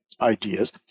ideas